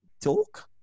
talk